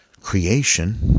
creation